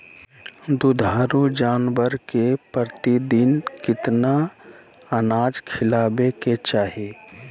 दुधारू जानवर के प्रतिदिन कितना अनाज खिलावे के चाही?